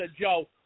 Joe